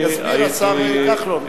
יסביר השר כחלון.